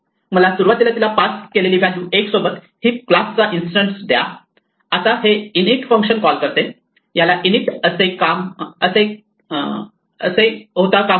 मला सुरुवातीला तिला पास केलेली व्हॅल्यू 1 सोबत क्लास हीप चा इन्स्टंट द्या आता हे इन इट फंक्शन कॉल करते याला इनइट असे का म्हणतात